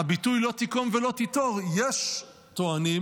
הביטוי: "לא תִקֹּ֤ם ולא תִטֹּר" יש הטוענים,